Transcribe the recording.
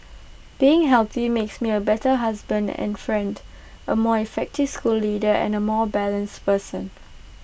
being healthy makes me A better husband and friend A more effective school leader and A more balanced person